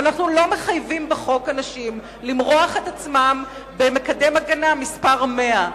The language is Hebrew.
אבל אנחנו לא מחייבים בחוק אנשים למרוח את עצמם במקדם הגנה מס' 100,